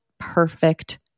perfect